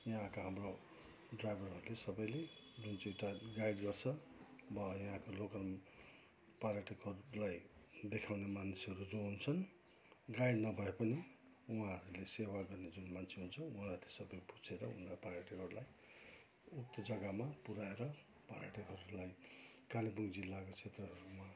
यहाँका हाम्रो ड्राइभरहरूले सबैले गाइड गर्छ म यहाँका लोकल पर्यटकहरूलाई देखाउने मानिसहरू जो हुन्छन् गाइड नभए पनि उहाँहरूले सेवा गर्ने जुन मान्छे हुन्छ उहाँहरूले सबै बुझेर पर्यटकहरूलाई उक्त जग्गामा पुऱ्याएर पर्यटकहरूलाई कालेबुङ जिल्लाका क्षेत्रहरूमा